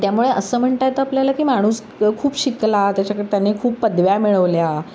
त्यामुळे असं म्हणता येतं आपल्याला की माणूस खूप शिकला त्याच्याकडे त्याने खूप पदव्या मिळवल्या